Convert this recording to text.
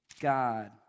God